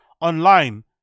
online